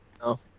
No